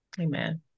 amen